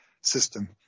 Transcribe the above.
system